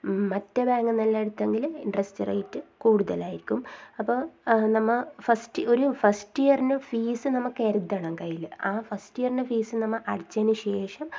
മറ്റേ ബാങ്കിൽ നിന്നെല്ലാം എടുത്തെങ്കിൽ ഇൻ്ററെസ്റ്റ് റേയ്റ്റ് കൂടുതലായിരിക്കും അപ്പോൾ നമ്മൾ ഫസ്റ്റ് ഒരു ഫസ്റ്റിയറിനു ഫീസ് നമ്മൾ കരുതണം കയ്യിൽ ആ ഫസ്റ്റ് ഇയർൻ്റെ ഫീസ് നമ്മൾ അടച്ചതിനു ശേഷം